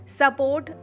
support